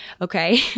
okay